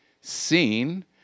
seen